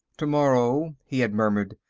to-morrow, he had murmured,